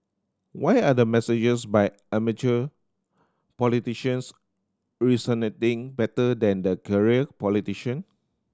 why are the messages by amateur politicians resonating better than the career politician